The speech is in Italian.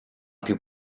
più